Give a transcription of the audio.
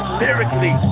lyrically